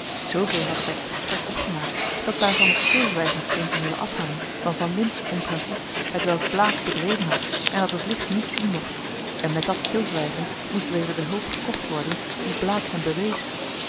zooveel had ik uit het gesprek opgemaakt dat daarvan het stilzwijgen scheen te zullen afhangen van van lintz omtrent iets hetwelk blaek bedreven had en dat het licht niet zien mocht en met dat stilzwijgen moest weder de hulp gekocht worden die blaek hem bewees